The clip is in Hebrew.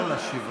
תן לו להשיב,